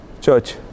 Church